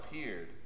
appeared